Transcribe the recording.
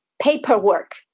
paperwork